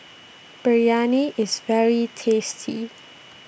Biryani IS very tasty